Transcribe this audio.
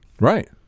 Right